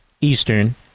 Eastern